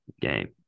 game